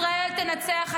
ישראל תנצח,